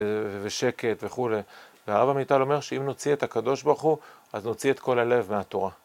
ושקט וכו', והרב עמיטל אומר שאם נוציא את הקדוש ברוך הוא, אז נוציא את כל הלב מהתורה.